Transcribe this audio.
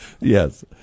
Yes